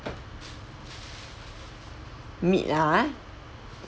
meet ah